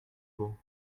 beau